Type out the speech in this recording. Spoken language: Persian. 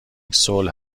صلح